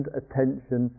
attention